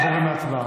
אנחנו עוברים,